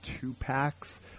two-packs